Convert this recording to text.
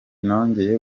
nongeye